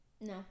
No